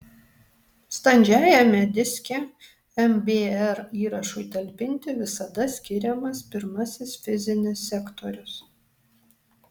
standžiajame diske mbr įrašui talpinti visada skiriamas pirmasis fizinis sektorius